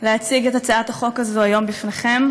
להציג את הצעת החוק הזו היום בפניכם,